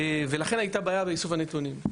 ולכן, הייתה בעיה באיסוף הנתונים.